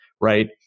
right